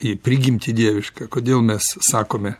į prigimtį dievišką kodėl mes sakome